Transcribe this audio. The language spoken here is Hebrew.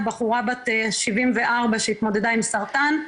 בחורה בת 74 שהתמודדה עם סרטן,